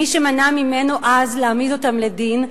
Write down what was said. מי שמנע ממנו אז להעמיד אותם לדין,